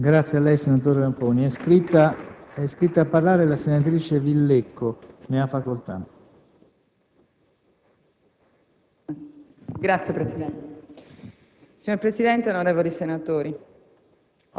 Per il resto confido nell'Aula e spero di essere stato chiaro: nessuna rivoluzione, ma solo adattamenti funzionali